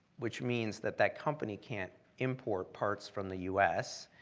which means that that company can't import parts from the u s.